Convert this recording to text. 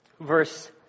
verse